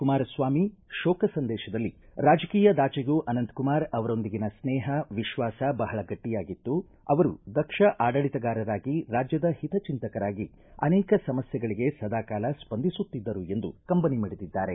ಕುಮಾರಸ್ವಾಮಿ ಶೋಕ ಸಂದೇಶದಲ್ಲಿ ರಾಜಕೀಯದಾಜೆಗೂ ಅನಂತಕುಮಾರ್ ಅವರೊಂದಿಗಿನ ಸ್ನೇಹ ವಿಶ್ವಾಸ ಬಹಳ ಗಟ್ಟಿಯಾಗಿತ್ತು ಅವರು ದಕ್ಷ ಆಡಳಿತಗಾರರಾಗಿ ರಾಜ್ಯದ ಹಿತಚಿಂತಕರಾಗಿ ಅನೇಕ ಸಮಸ್ಯೆಗಳಿಗೆ ಸದಾಕಾಲ ಸ್ವಂದಿಸುತ್ತಿದ್ದರು ಎಂದು ಕಂಬನಿ ಮಿಡಿದಿದ್ದಾರೆ